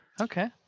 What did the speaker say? Okay